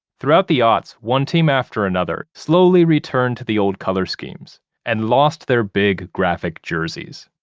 throughout the aughts, one team after another, slowly returned to the old color schemes and lost their big graphic jerseys.